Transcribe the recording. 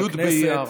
י' באייר.